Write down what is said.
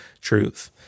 truth